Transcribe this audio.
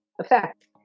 effect